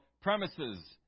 premises